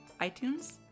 iTunes